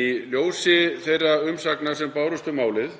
Í ljósi þeirra umsagna sem bárust um málið